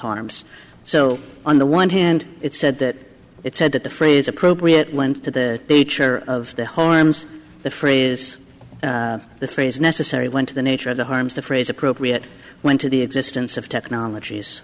harms so on the one hand it said that it said that the phrase appropriate went to the nature of the harms the phrase the phrase necessary went to the nature of the harms the phrase appropriate went to the existence of technologies